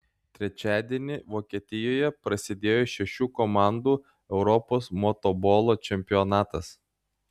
trečiadienį vokietijoje prasidėjo šešių komandų europos motobolo čempionatas